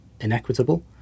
inequitable